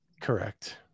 correct